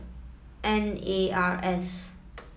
N A R S